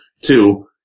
Two